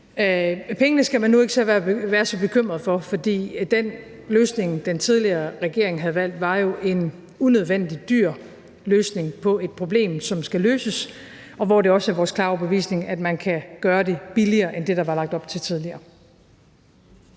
Pengene skal man nu ikke være så bekymret for, for den løsning, den tidligere regering havde valgt, var jo en unødvendigt dyr løsning på et problem, som skal løses, og hvor det også er vores klare overbevisning, at man kan gøre det billigere end det, der var lagt op til tidligere.